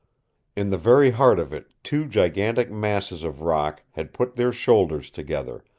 in the very heart of it two gigantic masses of rock had put their shoulders together,